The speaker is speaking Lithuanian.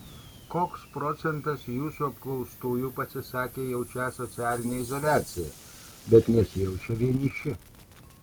koks procentas jūsų apklaustųjų pasisakė jaučią socialinę izoliaciją bet nesijaučią vieniši